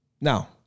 Now